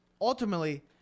ultimately